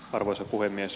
arvoisa puhemies